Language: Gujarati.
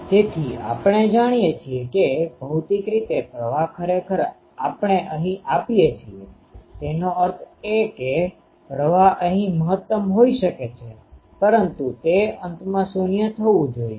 તેથી આપણે જાણીએ છીએ કે ભૌતિક રીતે પ્રવાહ ખરેખર આપણે અહીં આપીએ છીએ તેનો અર્થ એ કે પ્રવાહ અહીં મહત્તમ હોઈ શકે છે પરંતુ તે અંતમાં શૂન્ય થવું જોઈએ